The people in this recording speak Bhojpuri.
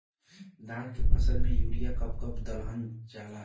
धान के फसल में यूरिया कब कब दहल जाला?